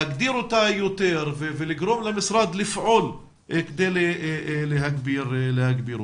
להגביר אותה יותר ולגרום למשרד לפעול כדי להגביר אותה.